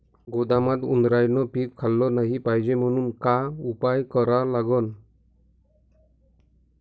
गोदामात उंदरायनं पीक खाल्लं नाही पायजे म्हनून का उपाय करा लागन?